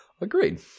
Agreed